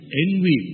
envy